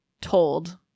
told